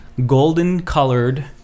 Golden-colored